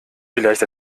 vielleicht